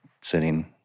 sitting